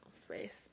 space